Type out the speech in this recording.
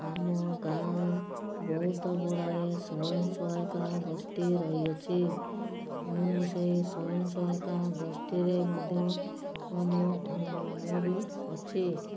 ଆମ ଗାଁ ବହୁତ ଗୁଡ଼ାଏ ସ୍ୱୟଂସହାୟିକା ଗୋଷ୍ଠି ରହିଅଛି ମୁଁ ସେ ସ୍ୱୟଂସହାୟିକା ଗୋଷ୍ଠିରେ ମଧ୍ୟ ମୁଁ ମୁଁ ବି ଅଛି